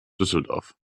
düsseldorf